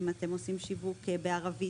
אם אתם עושים שיווק בערבית,